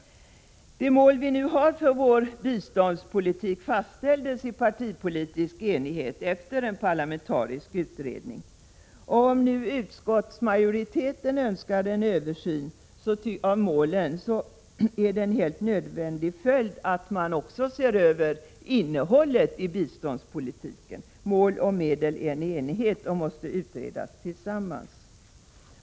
De mål vi nu har för vår biståndspolitik fastställdes i partipolitisk enighet efter en parlamentarisk utredning. Om nu utskottsmajoriteten önskar en översyn av målen, är det en helt nödvändig följd att man också ser över innehållet i biståndspolitiken. Mål och medel är en enhet och måste utredas tillsammans.